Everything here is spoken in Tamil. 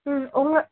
ம் உங்க